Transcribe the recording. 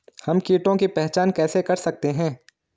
हम कीटों की पहचान कैसे कर सकते हैं?